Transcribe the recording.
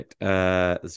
right